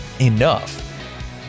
enough